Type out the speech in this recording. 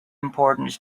important